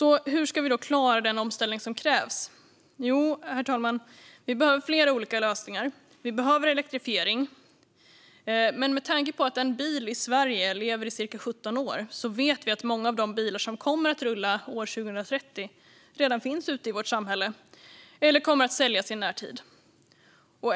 Hur ska vi då klara den omställning som krävs? Jo, herr talman, vi behöver flera olika lösningar. Vi behöver elektrifiering, men med tanke på att en bil i Sverige lever i ca 17 år vet vi att många av de bilar som kommer att rulla år 2030 redan finns ute i vårt samhälle eller kommer att säljas i närtid.